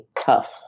tough